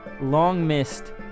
long-missed